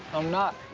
i'm not.